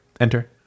enter